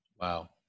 wow